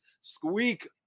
squeak